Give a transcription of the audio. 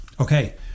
okay